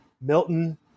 Milton